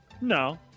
No